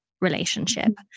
Relationship